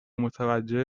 متوجه